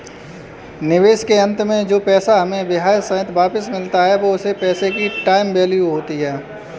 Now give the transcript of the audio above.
निवेश के अंत में जो पैसा हमें ब्याह सहित वापस मिलता है वो उस पैसे की टाइम वैल्यू होती है